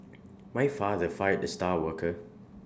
my father fired the star worker